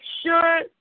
sure